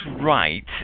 right